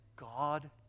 God